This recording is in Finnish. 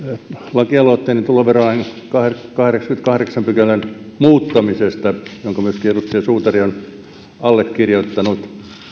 lakialoitteeni tuloverolain kahdeksannenkymmenennenkahdeksannen pykälän muuttamisesta jonka myöskin edustaja suutari on allekirjoittanut